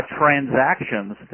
transactions